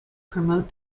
promote